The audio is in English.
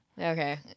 Okay